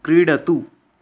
क्रीडतु